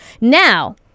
now